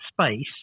space